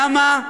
למה?